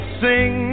sing